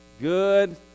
good